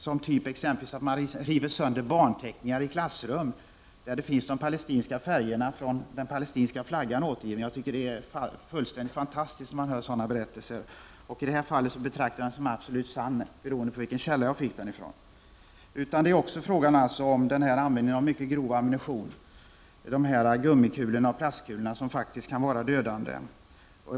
Man river exempelvis sönder barnteckningar i klassrum, teckningar där färgerna från den palestinska flaggan finns återgivna. Det låter fullständigt fantastiskt när man hör sådana berättelser. I detta fall betraktar jag berättelsen som absolut sann, med hänsyn till den källa jag haft. Dessutom är det också fråga om användning av mycket grov ammunition, gummikulor och plastkulor som kan vara dödande.